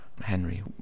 Henry